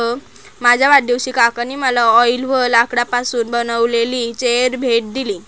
माझ्या वाढदिवशी काकांनी मला ऑलिव्ह लाकडापासून बनविलेली चेअर भेट दिली